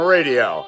Radio